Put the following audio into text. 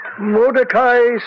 Mordecai